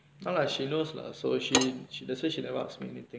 ya lah she knows lah so she she that's why she never ask me anything